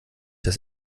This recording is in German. das